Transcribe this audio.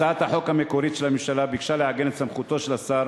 הצעת החוק המקורית של הממשלה ביקשה לעגן את סמכותו של השר